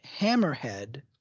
Hammerhead